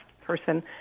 person